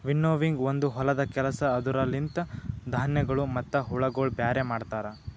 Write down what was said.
winnowing ಒಂದು ಹೊಲದ ಕೆಲಸ ಅದುರ ಲಿಂತ ಧಾನ್ಯಗಳು ಮತ್ತ ಹುಳಗೊಳ ಬ್ಯಾರೆ ಮಾಡ್ತರ